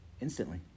instantly